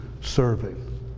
serving